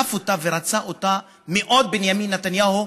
דחף אותה ורצה אותה מאוד בנימין נתניהו,